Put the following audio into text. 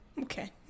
Okay